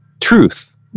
truth